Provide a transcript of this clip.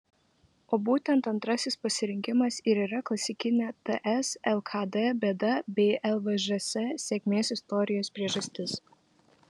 o būtent antrasis pasirinkimas ir yra klasikinė ts lkd bėda bei lvžs sėkmės istorijos priežastis